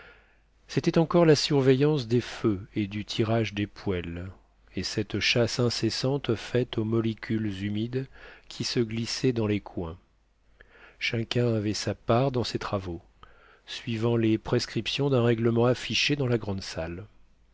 c'était encore la surveillance des feux et du tirage des poêles et cette chasse incessante faite aux molécules humides qui se glissaient dans les coins chacun avait sa part dans ces travaux suivant les prescriptions d'un règlement affiché dans la grande salle